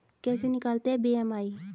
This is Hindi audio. कैसे निकालते हैं बी.एम.आई?